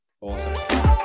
Awesome